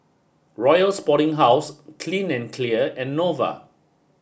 Royal Sporting House Clean and Clear and Nova